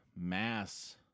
mass